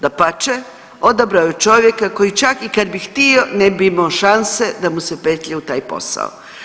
Dapače, odabrao je čovjeka koji čak i kad bi htio ne bi imao šanse da mu se petlja u taj posao.